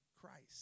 Christ